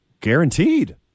Guaranteed